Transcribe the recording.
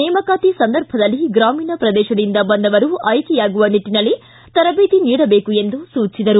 ನೇಮಕಾತಿ ಸಂದರ್ಭದಲ್ಲಿ ಗ್ರಾಮೀಣ ಪ್ರದೇಶದಿಂದ ಬಂದವರು ಆಯ್ಕೆಯಾಗುವ ನಿಟ್ಟನಲ್ಲಿ ತರಬೇತಿ ನೀಡಬೇಕು ಎಂದು ಸೂಚಿಸಿದರು